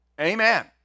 Amen